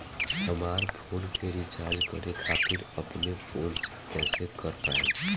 हमार फोन के रीचार्ज करे खातिर अपने फोन से कैसे कर पाएम?